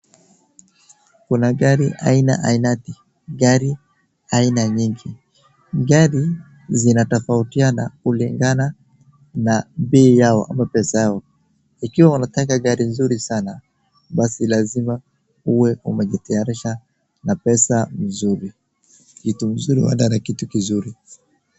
Kuna gari aina ainati, gari aina nyingi. Gari zinatofautiana kulingana na bei yao ama pesa yao. Ikiwa unataka gari nzuri sana, basi lazima uwe umejitayarisha na pesa mzuri. Kitu mzuri huenda na kitu kizuri.